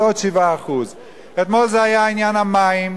אז עוד 7%. אתמול זה היה עניין המים,